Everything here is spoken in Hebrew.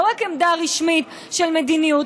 לא רק עמדה רשמית של מדיניות.